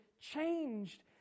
changed